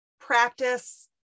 practice